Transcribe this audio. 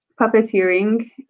puppeteering